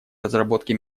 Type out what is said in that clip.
разработки